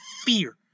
fear